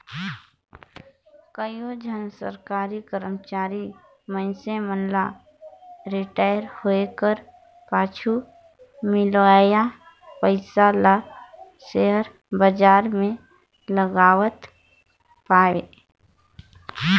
कइयो झन सरकारी करमचारी मइनसे मन ल रिटायर होए कर पाछू मिलोइया पइसा ल सेयर बजार में लगावत पाबे